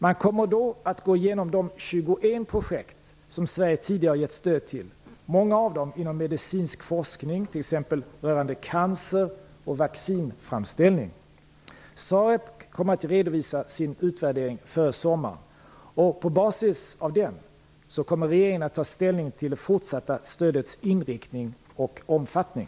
Man kommer då att gå igenom de 21 projekt som Sverige tidigare har gett stöd till - många av dem inom medicinsk forskning, t.ex. rörande cancer och vaccinframställning. SAREC kommer att redovisa sin utvärdering före sommaren. På basis av den kommer regeringen att ta ställning till det fortsatta stödets inriktning och omfattning.